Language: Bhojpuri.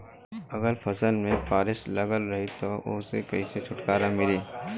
अगर फसल में फारेस्ट लगल रही त ओस कइसे छूटकारा मिली?